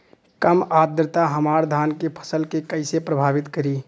कम आद्रता हमार धान के फसल के कइसे प्रभावित करी?